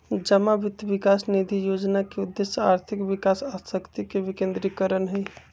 जमा वित्त विकास निधि जोजना के उद्देश्य आर्थिक विकास आ शक्ति के विकेंद्रीकरण हइ